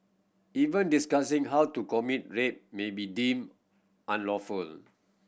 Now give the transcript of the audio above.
even discussing how to commit rape may be deemed unlawful